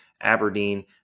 Aberdeen